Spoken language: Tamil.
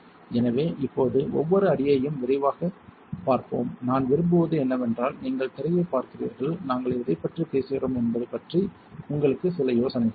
எனவே இப்போது ஒவ்வொரு அடியையும் விரிவாகப் பார்ப்போம் நான் விரும்புவது என்னவென்றால் நீங்கள் திரையைப் பார்க்கிறீர்கள் நாங்கள் எதைப் பற்றி பேசுகிறோம் என்பது பற்றி உங்களுக்கு சில யோசனைகள் இருக்கும்